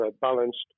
balanced